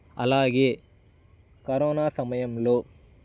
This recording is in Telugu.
అలాగే కరోనా సమయంలో